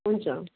हुन्छ